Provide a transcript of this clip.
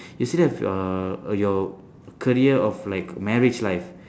you still have uh your career or like marriage life